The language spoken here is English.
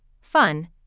fun